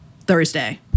Thursday